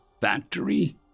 Factory